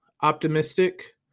optimistic